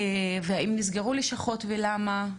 האם נסגרו לשכות ולמה.